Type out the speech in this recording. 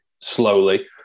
slowly